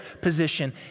position